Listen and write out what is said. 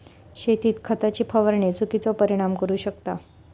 शेतीत खताची फवारणी चुकिचो परिणाम करू शकता